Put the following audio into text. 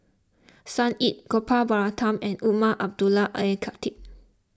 Sun Yee Gopal Baratham and Umar Abdullah Al Khatib